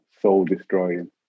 soul-destroying